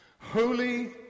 holy